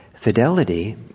Fidelity